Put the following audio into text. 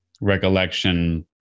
recollection